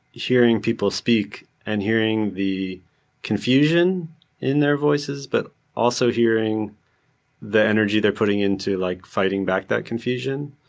hearing people speak and hearing the confusion in their voices, but also hearing the energy they're putting into like fighting back that confusion,